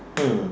hmm